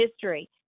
history